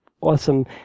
awesome